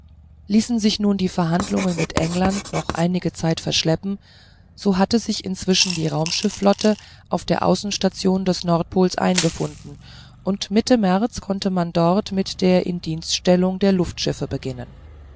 ließen sich nun die verhandlungen mit england noch einige zeit verschleppen so hatte sich inzwischen die raumschiffflotte auf der außenstation des nordpols eingefunden und mitte märz konnte man dort mit der indienststellung der luftschiffe beginnen